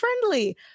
friendly